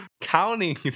counting